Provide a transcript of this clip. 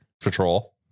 Patrol